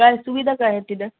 काय सुविधा काय आहे तिथे